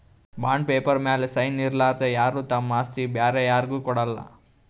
bond paper ಮ್ಯಾಲ್ sign ಇರಲಾರ್ದೆ ಯಾರು ತಮ್ ಆಸ್ತಿ ಬ್ಯಾರೆ ಯಾರ್ಗು ಕೊಡಲ್ಲ